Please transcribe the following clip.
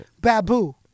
Babu